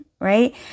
right